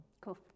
Cool